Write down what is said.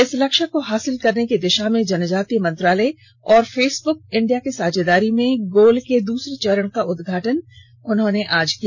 इस लक्ष्य को हासिल करने की दिशा मे जनजातीय मंत्रालय और फेसब्क इंडिया के साझेदारी में गोल के दूसरे चरण का उद्घाटन श्री मुंडा ने आज किया